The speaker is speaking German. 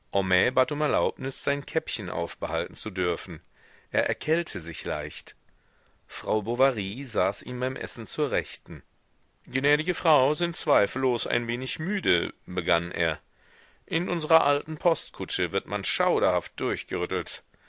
bat um erlaubnis sein käppchen aufbehalten zu dürfen er erkälte sich leicht frau bovary saß ihm beim essen zur rechten gnädige frau sind zweifellos ein wenig müde begann er in unsrer alten postkutsche wird man schauderhaft durchgerüttelt